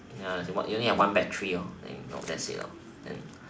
ya you only have one battery lor then that's it lor then